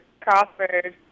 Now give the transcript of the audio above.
Crawford